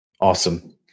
Awesome